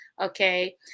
okay